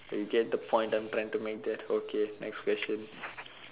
you get the point I am trying to make there okay next question